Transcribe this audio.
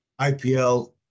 IPL